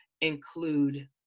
include